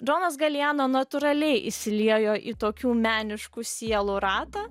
džonas galijano natūraliai įsiliejo į tokių meniškų sielų ratą